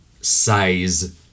size